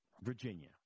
Virginia